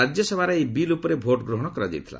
ରାଜ୍ୟସଭାରେ ଏହି ବିଲ୍ ଉପରେ ଭୋଟ୍ ଗ୍ରହଣ କରାଯାଇଥିଲା